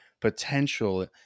potential